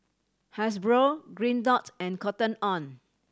Hasbro Green Dot and Cotton On